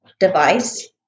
device